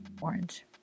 orange